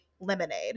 lemonade